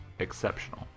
exceptional